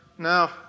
Now